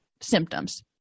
symptoms